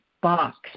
box